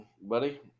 buddy